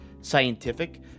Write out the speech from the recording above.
scientific